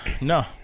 No